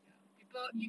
ya people if